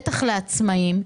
בטח לעצמאים,